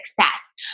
success